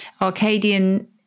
Arcadian